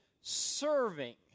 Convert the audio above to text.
serving